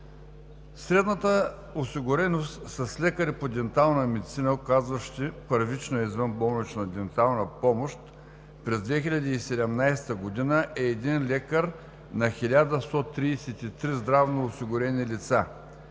Средната осигуреност с лекари по дентална медицина, оказващи първична, извънболнична дентална помощ, през 2017 г. е един лекар на 1133 здравноосигурени лица.